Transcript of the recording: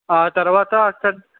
ఆ తరవాత అక్కడ్